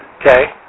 okay